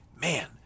Man